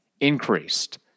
increased